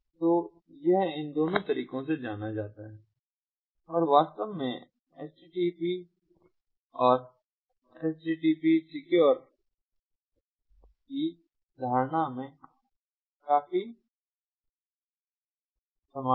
तो यह इन दोनों तरीकों से जाना जाता है और यह वास्तव में http और httpsसिक्योर http की धारणा में काफी समान है